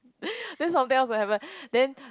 then something else will happen then